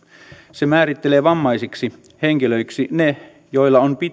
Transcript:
se määrittelee vammaisiksi henkilöiksi ne joilla on